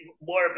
more